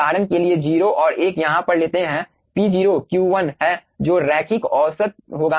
उदाहरण के लिए 0 और 1 यहां पर लेते हैं p0 q 1 है जो रैखिक औसत होगा